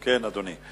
אדוני.